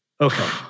Okay